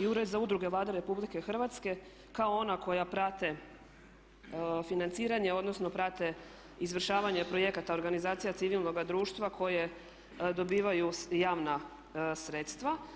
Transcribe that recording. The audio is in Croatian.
i Ured za udruge Vlade RH kao ona koja prate financiranje, odnosno prate izvršavanje projekata organizacija civilnoga društva koje dobivaju javna sredstva.